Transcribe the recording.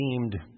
seemed